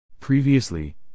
Previously